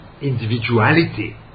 individuality